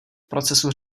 procesu